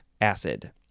acid